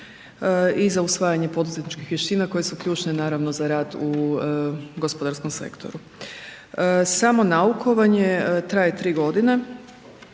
i za usvajanje poduzetničkih vještina koje su ključne naravno za rad u gospodarskom sektoru. Samo naukovanje traje 3 godine,